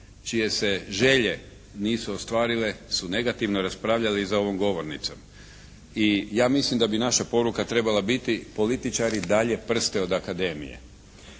čije se želje nisu ostvarile su negativno raspravljale za ovom govornicom. I ja mislim da bi naša poruka trebala biti, političari dalje prste od Akademije.